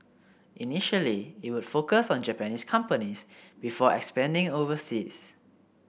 initially it would focus on Japanese companies before expanding overseas